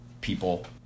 people